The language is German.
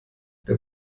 der